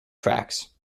tracks